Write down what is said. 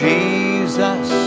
Jesus